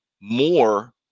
more